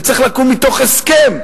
זה צריך לקום מתוך הסכם,